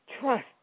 trust